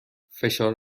فشار